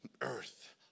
earth